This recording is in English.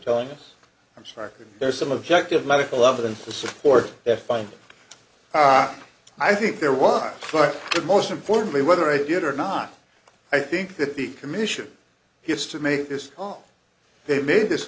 telling us i'm sorry there's some objective medical evidence to support their findings i think there was but most importantly whether i did or not i think that the commission has to make this law they made this